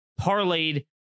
parlayed